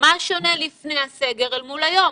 מה שונה לפני הסגר אל מול היום?